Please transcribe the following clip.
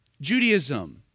Judaism